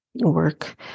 Work